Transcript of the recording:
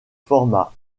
format